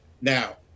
Now